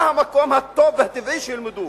מה המקום הטוב והטבעי שילמדו,